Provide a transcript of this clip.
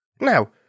Now